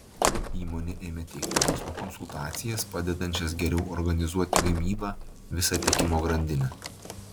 įmonė ėmė teikti verslo konsultacijas padedančias geriau organizuoti gamybą visą tiekimo grandinę